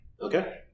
Okay